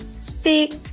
Speak